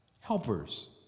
Helpers